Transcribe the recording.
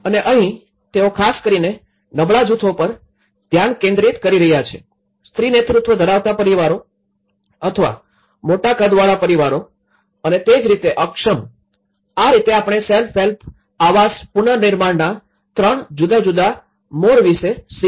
અને અહીં તેઓ ખાસ કરીને નબળા જૂથો પર ધ્યાન કેન્દ્રિત કરી રહ્યાં છે સ્ત્રી નેતૃત્વ ધરાવતા પરિવારો અથવા મોટા કદવાળા પરિવારો અને તે જ રીતે અક્ષમ આ રીતે આપણે સેલ્ફ હેલ્પ આવાસ પુનર્નિર્માણના ત્રણ જુદા જુદા મોડ વિશે શીખ્યા